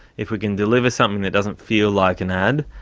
if we can deliver something that doesn't feel like an ad,